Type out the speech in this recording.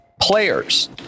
players